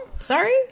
Sorry